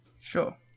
Sure